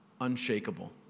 unshakable